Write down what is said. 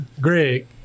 Greg